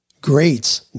greats